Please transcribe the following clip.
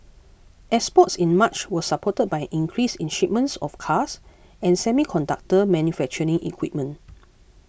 exports in March was supported by increase in shipments of cars and semiconductor manufacturing equipment